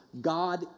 God